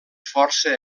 força